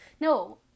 No